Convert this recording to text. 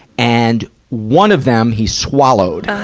and one of them, he swallowed.